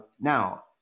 Now